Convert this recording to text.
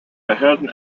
behörden